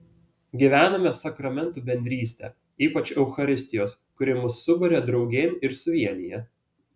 gyvename sakramentų bendrystę ypač eucharistijos kuri mus suburia draugėn ir suvienija